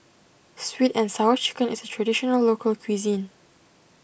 Sweet and Sour Chicken is a Traditional Local Cuisine